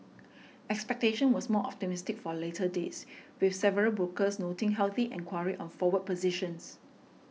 expectation was more optimistic for later dates with several brokers noting healthy enquiry on forward positions